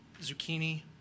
zucchini